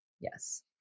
Yes